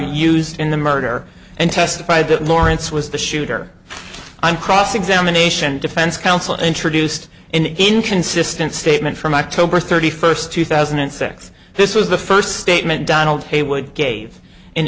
used in the murder and testified that lawrence was the shooter i'm cross examination defense counsel introduced in an inconsistent statement from october thirty first two thousand and six this was the first statement donald haywood ga